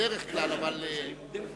חברי הכנסת, קודם כול,